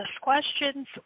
questions